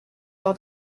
leur